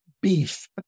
beef